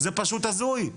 פשוט הזוי.